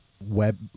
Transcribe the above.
web